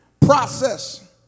process